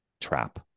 trap